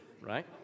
right